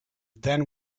then